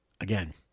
again